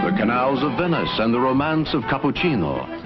but canals of venice and the romance of cappuccino,